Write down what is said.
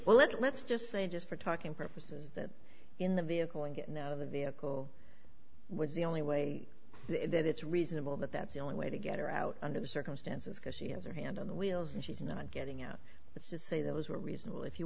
well let's just say just for talking purposes that in the vehicle and getting out of the vehicle was the only way that it's reasonable that that's the only way to get her out under the circumstances because she has her hand on the wheels and she's not getting out that's to say those who are reasonable if you